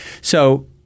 So-